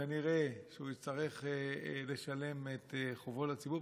כנראה שהוא יצטרך לשלם את חובו לציבור.